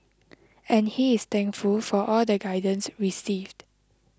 and he is thankful for all the guidance received